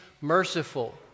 merciful